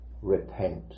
repent